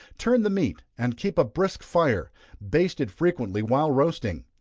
turn the meat, and keep a brisk fire baste it frequently while roasting.